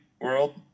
world